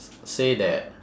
say that